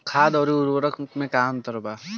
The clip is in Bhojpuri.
खाद्य आउर उर्वरक में का अंतर होला?